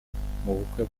mubukwe